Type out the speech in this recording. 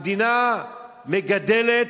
המדינה מגדלת,